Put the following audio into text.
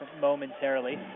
momentarily